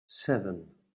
seven